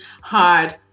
hard